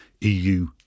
EU